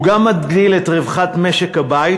הוא גם מגדיל את רווחת משק-הבית,